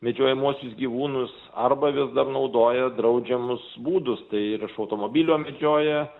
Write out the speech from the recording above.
medžiojamuosius gyvūnus arba vis dar naudoja draudžiamus būdus tai ir iš automobilio medžioja